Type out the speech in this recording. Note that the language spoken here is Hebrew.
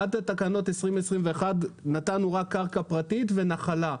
עד תקנות 2021 נתנו רק קרקע פרטית ונחלה,